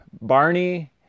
Barney